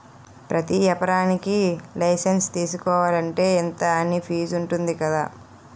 ప్రతి ఏపారానికీ లైసెన్సు తీసుకోలంటే, ఇంతా అని ఫీజుంటది కదా